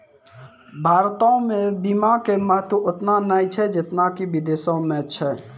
भारतो मे बीमा के महत्व ओतना नै छै जेतना कि विदेशो मे छै